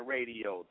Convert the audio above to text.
Radio